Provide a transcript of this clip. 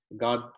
God